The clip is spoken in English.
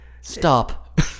stop